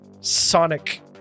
sonic